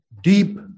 deep